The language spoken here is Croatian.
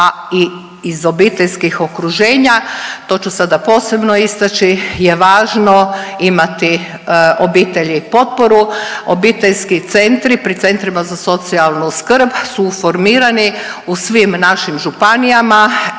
a i iz obiteljskih okruženja, to ću sada posebno istaći. To ću sada posebno istaći je važno imati obitelji i potporu. Obiteljski centri pri centrima za socijalnu skrb su formirani u svim našim županijama